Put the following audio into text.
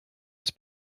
its